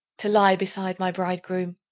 to lie beside my bridegroom.